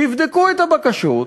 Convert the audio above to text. תבדקו את הבקשות,